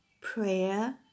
prayer